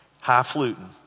high-fluting